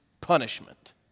punishment